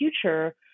future